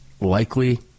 likely